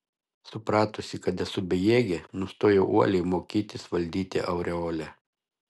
supratusi kad esu bejėgė nustojau uoliai mokytis valdyti aureolę